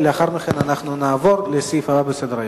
לאחר מכן אנחנו נעבור לסעיף הבא בסדר-היום.